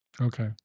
Okay